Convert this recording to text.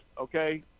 okay